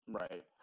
Right